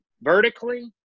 vertically